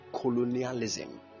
colonialism